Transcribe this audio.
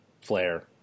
Flare